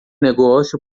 negócio